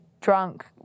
drunk